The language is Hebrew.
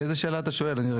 לאיזו שאלה אתה עונה?